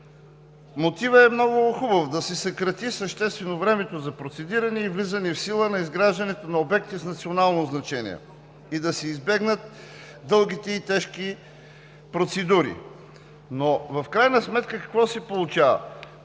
Мотивът е много хубав – да се съкрати съществено времето за процедиране и влизане в сила на изграждането на обектите с национално значение и да се избегнат дългите и тежки процедури. Но в крайна сметка какво се получава?